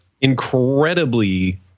incredibly